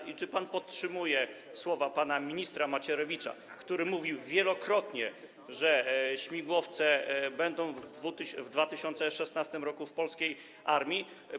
I czy pan podtrzymuje słowa pana ministra Macierewicza, który mówił wielokrotnie, że śmigłowce będą w 2018 r. w polskiej armii?